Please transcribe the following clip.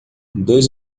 dois